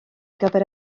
gyfer